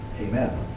Amen